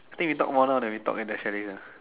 I think we talk more now than we at the chalet lah